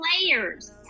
players